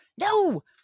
No